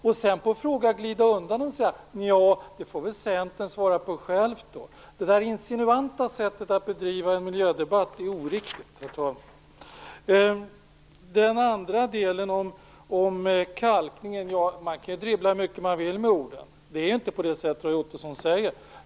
Att sedan på en fråga glida undan och säga att Centern självt får svara är ett insinuant och oriktigt sätt att bedriva en miljödebatt. När det gäller kalkningen kan man dribbla hur mycket man vill med orden. Det är ju inte så som Roy Ottosson säger.